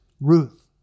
Ruth